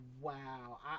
Wow